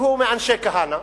שהוא מאנשי כהנא,